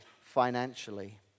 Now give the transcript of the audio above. financially